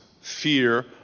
fear